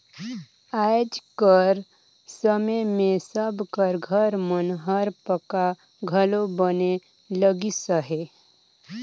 आएज कर समे मे सब कर घर मन हर पक्का घलो बने लगिस अहे